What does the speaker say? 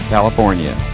California